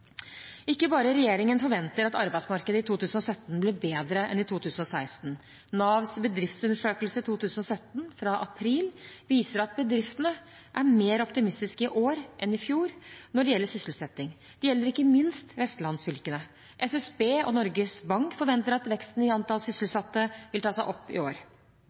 Ikke bare regjeringen forventer at arbeidsmarkedet i 2017 blir bedre enn i 2016. Navs bedriftsundersøkelse 2017 fra april viser at bedriftene er mer optimistiske i år enn i fjor når det gjelder sysselsetting. Det gjelder ikke minst i vestlandsfylkene. SSB og Norges Bank forventer at veksten i antall sysselsatte vil ta seg opp i år.